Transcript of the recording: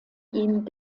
ihn